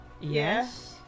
yes